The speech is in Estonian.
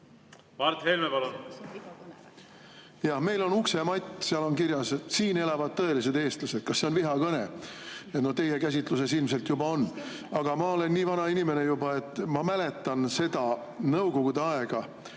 Meil on uksematt, seal on kirjas: "Siin elavad tõelised eestlased." Kas see on vihakõne? Teie käsitluses ilmselt juba on. Aga ma olen juba nii vana inimene, et ma mäletan seda Nõukogude aega,